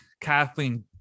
Kathleen